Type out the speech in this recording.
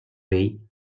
vell